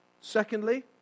Secondly